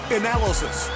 analysis